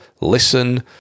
listen